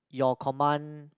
your command